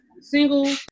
Single